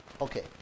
Okay